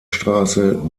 straße